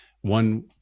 one